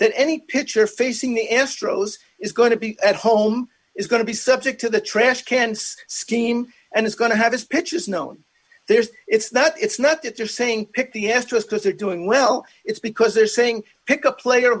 that any pitcher facing the astros is going to be at home is going to be subject to the trash cans scheme and is going to have this pitch is known there's it's not it's not that they're saying pick the asterisk is it doing well it's because they're saying pick a player